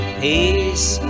peace